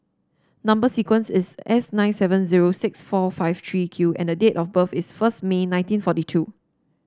number sequence is S nine seven zero six four five three Q and date of birth is first May nineteen forty two